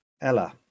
Ella